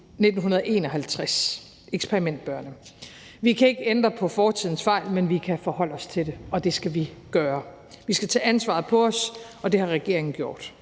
1951. Vi kan ikke ændre på fortidens fejl, men vi kan forholde os til dem, og det skal vi gøre. Vi skal tage ansvaret på os, og det har regeringen gjort.